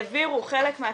העבירו חלק מהכסף,